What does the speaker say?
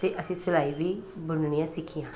ਅਤੇ ਅਸੀਂ ਸਿਲਾਈ ਵੀ ਬੁਣਨੀਆਂ ਸਿੱਖੀਆਂ